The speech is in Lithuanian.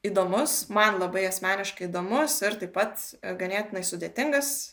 įdomus man labai asmeniškai įdomus ir taip pat ganėtinai sudėtingas